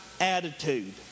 attitude